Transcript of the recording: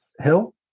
hill